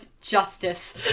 justice